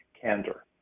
candor